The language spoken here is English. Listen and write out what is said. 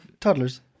toddlers